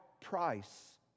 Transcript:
price